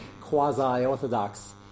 quasi-Orthodox